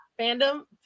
fandom